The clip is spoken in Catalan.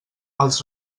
els